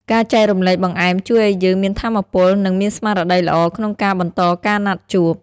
ការចែករំលែកបង្អែមជួយឱ្យយើងមានថាមពល និងមានស្មារតីល្អក្នុងការបន្តការណាត់ជួប។